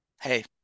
Hey